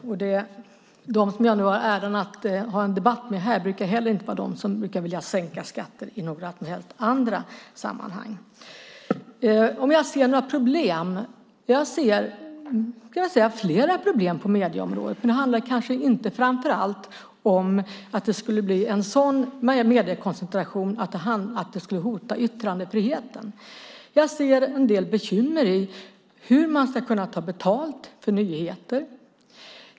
Och de som jag nu har äran att ha en debatt med brukar inte heller vara de som vill sänka skatter i andra sammanhang. Ser jag några problem? Jag ser flera problem på medieområdet. Men det handlar kanske inte framför allt om att det skulle bli en sådan mediekoncentration att det skulle hota yttrandefriheten. Jag ser en del bekymmer i hur man ska kunna ta betalt för nyheter.